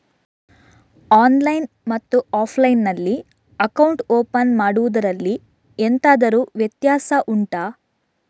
online ಮತ್ತು offline ನಲ್ಲಿ account open ಮಾಡುವುದರಲ್ಲಿ ಎಂತಾದರು ವ್ಯತ್ಯಾಸ ಉಂಟಾ